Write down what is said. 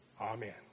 Amen